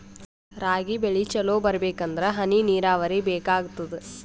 ರಾಗಿ ಬೆಳಿ ಚಲೋ ಬರಬೇಕಂದರ ಹನಿ ನೀರಾವರಿ ಬೇಕಾಗತದ?